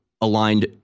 aligned